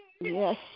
Yes